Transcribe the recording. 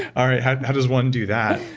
ah how how does one do that?